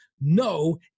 no